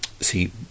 See